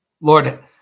Lord